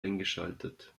eingeschaltet